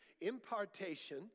impartation